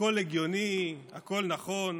הכול הגיוני, הכול נכון.